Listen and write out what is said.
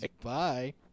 Bye